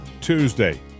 Tuesday